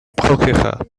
procureur